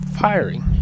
firing